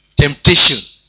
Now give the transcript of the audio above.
temptation